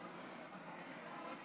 נגד,